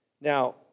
Now